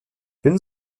bin